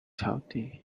healthy